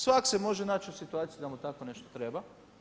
Svak se može naći u situaciju, da mu tako nešto treba.